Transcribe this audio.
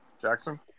Jackson